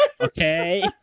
Okay